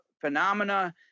phenomena